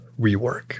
rework